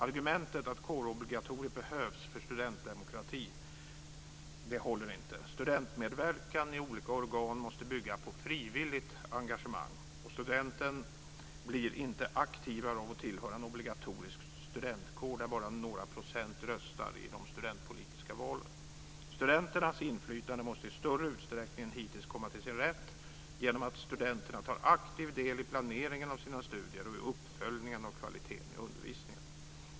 Argumentet att kårobligatoriet behövs för att studentdemokratin ska fungera håller inte. Studentmedverkan i olika organ måste bygga på frivilligt engagemang. Studenterna blir inte aktivare av att tillhöra en studentkår där bara några procent röstar i de studentpolitiska valen. Studenternas inflytande måste i större utsträckning än hittills komma till sin rätt genom att studenterna tar aktiv del i planeringen av sina studier och i uppföljningen av kvaliteten på undervisningen.